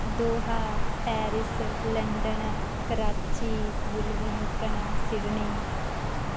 ਦੋਹਾ Paris London Karachi ਵੂਲ Brampton Sydney